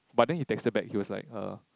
but then he texted back he was like err